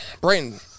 Brayton